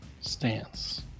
Stance